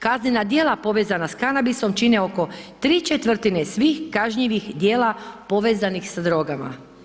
Kaznena djela povezana sa kanabisom čine oko 3/4 svih kažnjivih djela povezanih sa drogama.